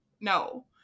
no